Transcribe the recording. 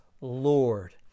Lord